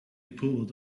pulled